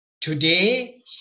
Today